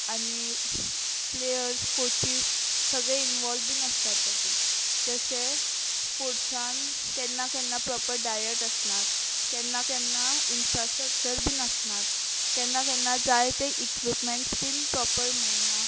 आनी players coaches सगळे involve बीन आसतात तातूंत जशें स्पोट्सान केन्ना केन्ना प्रॉपर डायट आसनात केन्ना केन्ना इन्फ्रास्ट्रक्चर बीन आसनात केन्ना केन्ना जाय ते इक्विपमँट्स बीन प्रॉपर मेळना